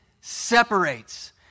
separates